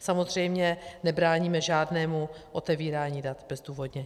Samozřejmě nebráníme žádnému otevírání dat bezdůvodně.